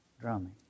drumming